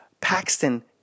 Paxton